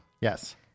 Yes